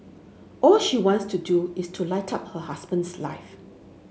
all she wants to do is to light up her husband's life